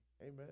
Amen